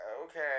okay